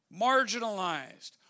marginalized